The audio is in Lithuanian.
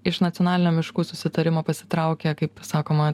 iš nacionalinio miškų susitarimo pasitraukė kaip sakoma